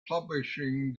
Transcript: publishing